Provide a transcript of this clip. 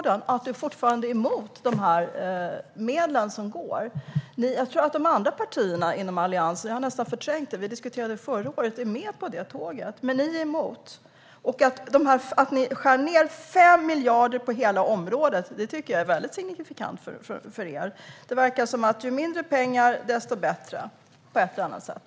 Det förvånar mig att du fortfarande är emot de medel som avsätts. Jag tror att de andra partierna i Alliansen - vi diskuterade detta förra året, även om jag nästan förträngt det - är med på det tåget, men ni är emot. Ni skär ned 5 miljarder på hela området. Det tycker jag är väldigt signifikant för er: Ju mindre pengar, desto bättre, verkar det som.